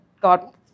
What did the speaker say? got